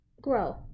Grow